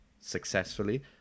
successfully